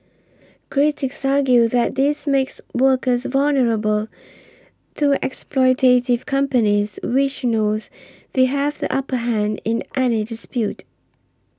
critics argue that this makes workers vulnerable to exploitative companies which know they have the upper hand in any dispute